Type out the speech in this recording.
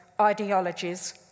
ideologies